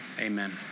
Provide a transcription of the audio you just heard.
amen